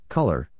Color